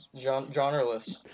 genreless